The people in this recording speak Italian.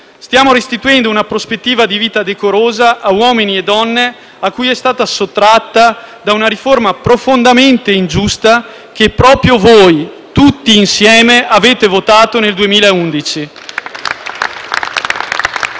Stiamo restituendo una prospettiva di vita decorosa a uomini e donne cui è stata sottratta da una riforma profondamente ingiusta che proprio voi, tutti insieme, avete votato nel 2011.